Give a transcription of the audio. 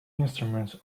instruments